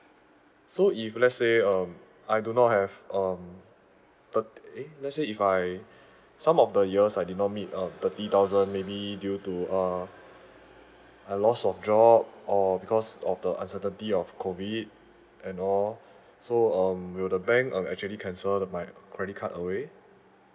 so if let's say um I do not have um thir~ eh let's say if I some of the years I did not meet um thirty thousand maybe due to uh I loss of job or because of the uncertainty of COVID and all so um will the bank um actually cancel my credit card away